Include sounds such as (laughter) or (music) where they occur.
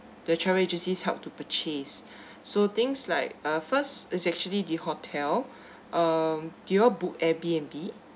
the travel agencies helped to purchase (breath) so things like uh first is actually the hotel (breath) um do you all book airbnb